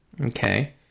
Okay